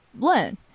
learn